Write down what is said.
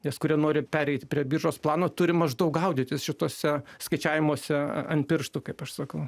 nes kurie nori pereiti prie biržos plano turi maždaug gaudytis šituose skaičiavimuose ant pirštų kaip aš sakau